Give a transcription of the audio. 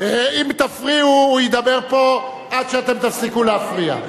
אם תפריעו הוא ידבר פה עד שאתם תפסיקו להפריע.